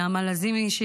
נעמה לזימי,